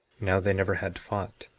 now they never had fought,